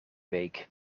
week